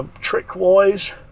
Trick-wise